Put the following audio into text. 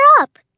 up